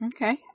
Okay